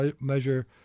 measure